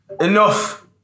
Enough